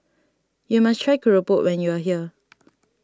you must try Keropok when you are here